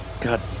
God